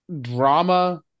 drama